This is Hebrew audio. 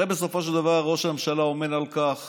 הרי בסופו של דבר ראש הממשלה עמל על כך